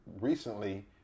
recently